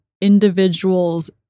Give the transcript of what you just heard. individual's